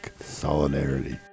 Solidarity